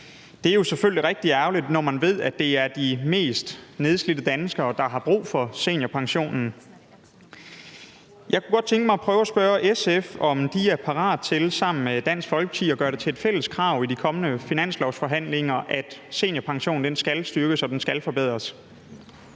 Det er selvfølgelig rigtig ærgerligt, når man ved, at det er de mest nedslidte danskere, der har brug for seniorpensionen. Jeg kunne godt tænke mig at prøve at spørge SF, om de er parat til sammen med Dansk Folkeparti at gøre det til et fælles krav i de kommende finanslovsforhandlinger, at seniorpension skal styrkes og forbedres.